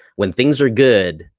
when things are good,